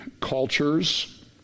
cultures